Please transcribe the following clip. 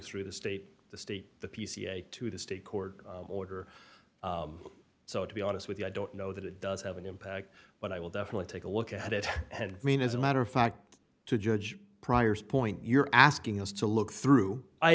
through the state the state the pca to the state court order so to be honest with you i don't know that it does have an impact but i will definitely take a look at it had mean as a matter of fact to judge prior's point you're asking us to look through i